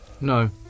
No